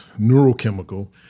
neurochemical